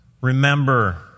Remember